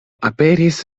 aperis